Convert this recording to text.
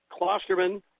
Klosterman